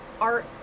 art